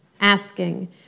asking